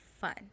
fun